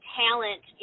talent